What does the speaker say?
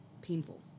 painful